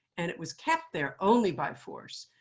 and it was kept there only by force.